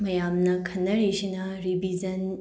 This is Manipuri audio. ꯃꯌꯥꯝꯅ ꯈꯟꯅꯔꯤꯁꯤꯅ ꯔꯤꯕꯤꯁꯟ